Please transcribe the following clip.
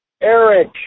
Eric